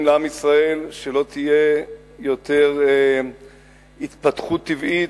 לעם ישראל שלא תהיה יותר התפתחות טבעית,